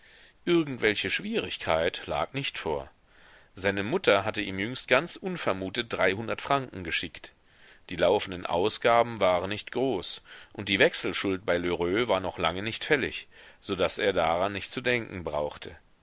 irgendwelche schwierigkeit lag nicht vor seine mutter hatte ihm jüngst ganz unvermutet dreihundert franken geschickt die laufenden ausgaben waren nicht groß und die wechselschuld bei lheureux war noch lange nicht fällig so daß er daran nicht zu denken brauchte